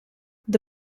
the